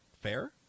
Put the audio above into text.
fair